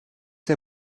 der